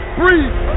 breathe